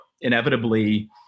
inevitably